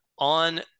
On